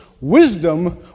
wisdom